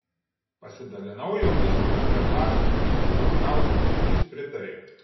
pasidalinau jomis su bendraklasiu stasiu gvazdausku jis pritarė